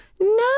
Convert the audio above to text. No